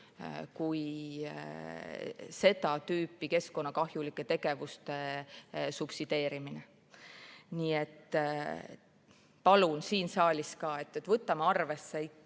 seda tüüpi keskkonnakahjulike tegevuste subsideerimisele. Nii et palun siin saalis ka: võtame siiski